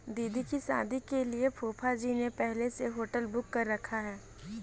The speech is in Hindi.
दीदी की शादी के लिए फूफाजी ने पहले से होटल बुक कर रखा है